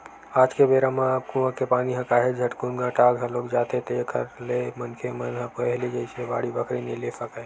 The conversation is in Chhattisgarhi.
आज के बेरा म अब कुँआ के पानी ह काहेच झटकुन अटा घलोक जाथे जेखर ले मनखे मन ह पहिली जइसे बाड़ी बखरी नइ ले सकय